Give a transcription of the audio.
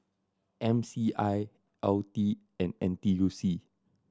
M C I L T and N T U C